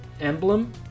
Emblem